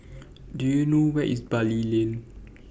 Do YOU know Where IS Bali Lane